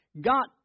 got